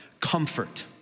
comfort